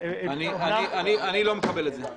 אני לא מקבל את זה.